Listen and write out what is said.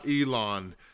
Elon